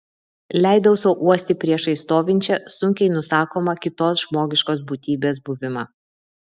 leidau sau uosti priešais stovinčią sunkiai nusakomą kitos žmogiškos būtybės buvimą